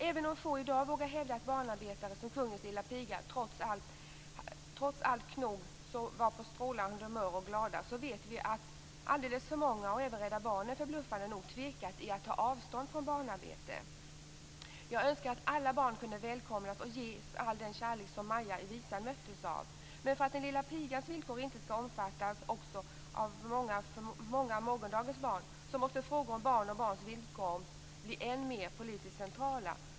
Även om få i dag vågar hävda att barnarbetare som Kungens lilla piga trots allt knog var på strålande humör och glada, så vet vi att alldeles för många, och även Rädda Barnen, förbluffande nog tvekat i att ta avstånd från barnarbete. Jag önskar att alla barn kunde välkomnas och ges all den kärlek som Maja i visan möttes av. Men för att den lilla pigans villkor inte skall omfattas också av många av morgondagens barn så måste frågor om barn och barns villkor bli än mer politiskt centrala.